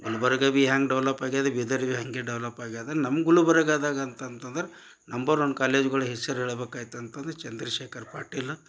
ಗುಲ್ಬರ್ಗ ಬಿ ಹ್ಯಾಂಗೆ ಡೆವಲಪ್ ಆಗಿದ ಬೀದರ್ ಬಿ ಹಾಗೆ ಡೆವಲಪ್ ಆಗ್ಯದ ನಮ್ಮ ಗುಲ್ಬರ್ಗದಾಗ ಅಂತಂತಂದರೆ ನಂಬರ್ ಒನ್ ಕಾಲೇಜ್ಗಳ ಹೆಸರು ಹೇಳ್ಬೇಕು ಆಯ್ತಂತಂದ್ರೆ ಚಂದ್ರಶೇಖರ್ ಪಾಟಿಲ್